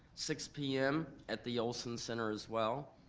six p m. at the olson center as well.